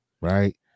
right